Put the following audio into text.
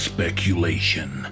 Speculation